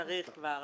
הישיבה ננעלה